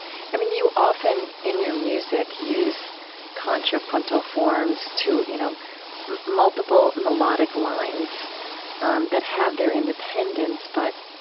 i mean, you often, in your music, use contrapuntal forms to you know multiple melodic lines um that have their independence but